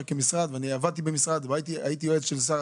עבדתי במשרד והייתי יועץ של שר